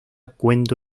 cuento